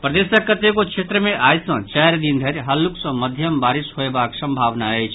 प्रदेशक कतेको क्षेत्र मे आइ सॅ चारि दिन धरि हल्लुक सॅ मध्यम बारिश होयबाक संभावना अछि